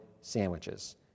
sandwiches